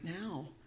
now